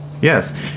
Yes